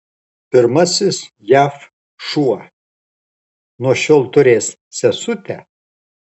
pirmasis jav šuo nuo šiol turės sesutę